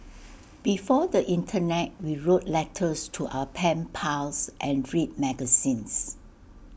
before the Internet we wrote letters to our pen pals and read magazines